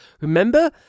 Remember